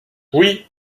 oui